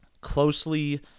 closely